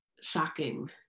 shocking